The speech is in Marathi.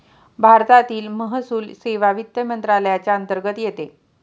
भारतीय महसूल सेवा वित्त मंत्रालयाच्या अंतर्गत येते